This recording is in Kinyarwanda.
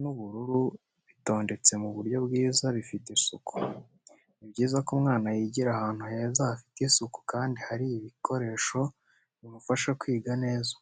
n'ubururu bitondetse mu buryo bwiza bufite isuku. Ni byiza ko umwana yigira ahantu heza hafite isuku kandi hari ibikoresho bimufasha kwiga neza.